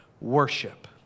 worship